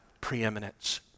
preeminence